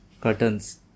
Curtains